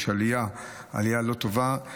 יש עלייה לא טובה.